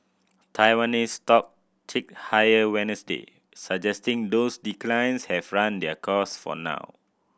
Taiwanese stock ticked higher Wednesday suggesting those declines have run their course for now